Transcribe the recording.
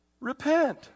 Repent